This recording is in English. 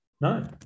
No